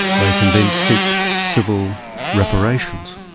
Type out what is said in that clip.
they can then seek civil reparations.